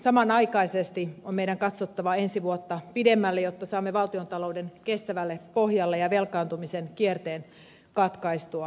samanaikaisesti on meidän katsottava ensi vuotta pidemmälle jotta saamme valtiontalouden kestävälle pohjalle ja velkaantumisen kierteen katkaistua